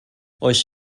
oes